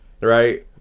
right